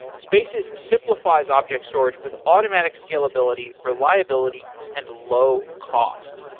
spaces simplifies object storage with automatic scalability, reliability and low cost.